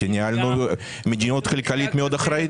כי ניהלנו מדיניות כלכלית מאוד אחראית.